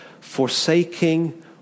Forsaking